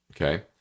Okay